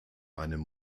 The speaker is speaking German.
einem